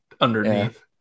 underneath